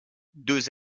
deux